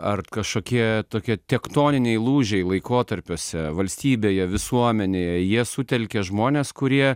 ar kažkokie tokie tektoniniai lūžiai laikotarpiuose valstybėje visuomenėje jie sutelkia žmones kurie